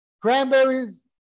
Cranberries